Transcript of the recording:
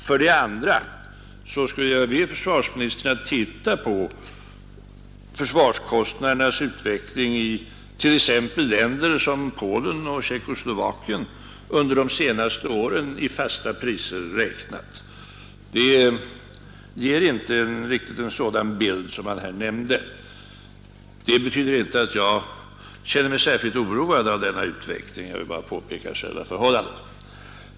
För det andra skulle jag vilja be försvarsministern att titta på försvarskostnadernas utveckling i t.ex. länder som Polen och Tjeckoslovakien under de senaste åren i fasta priser räknat. Då får man inte riktigt en sådan bild som här har framställts. Det betyder inte att jag känner mig särskilt oroad av denna utveckling. Jag vill bara peka på själva förhållandet.